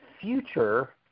future